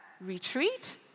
retreat